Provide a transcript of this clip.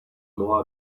more